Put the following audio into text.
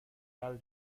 hal